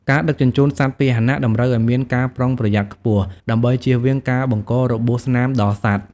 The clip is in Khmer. ការដឹកជញ្ជូនសត្វពាហនៈតម្រូវឱ្យមានការប្រុងប្រយ័ត្នខ្ពស់ ដើម្បីជៀសវាងការបង្ករបួសស្នាមដល់សត្វ។